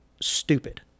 stupid